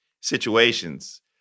situations